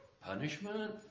Punishment